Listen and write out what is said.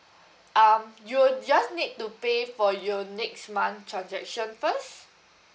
um you will just need to pay for your next month transaction first